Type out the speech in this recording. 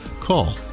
Call